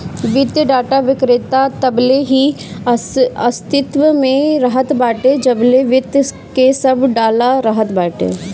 वित्तीय डाटा विक्रेता तबले ही अस्तित्व में रहत बाटे जबले वित्त के सब डाला रहत बाटे